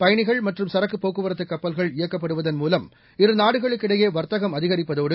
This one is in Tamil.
பயணிகள் மற்றும் சரக்குப் போக்குவரத்துக் கப்பல்கள் இயக்கப்படுதன் மூலம் இருநாடுகளுக்கு இடையேவர்த்தகம் அதிகரிப்பதோடு